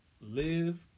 live